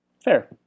fair